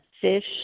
fish